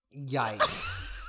Yikes